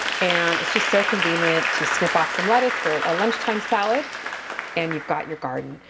and it's just so convenient to snip off some lettuce for a lunchtime salad and you've got your garden.